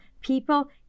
people